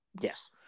Yes